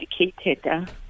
educated